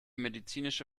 medizinische